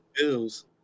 bills